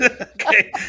Okay